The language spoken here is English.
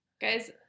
guys